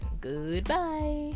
goodbye